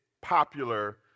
popular